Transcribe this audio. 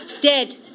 Dead